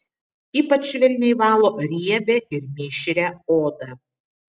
ypač švelniai valo riebią ir mišrią odą